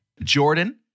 Jordan